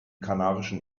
kanarischen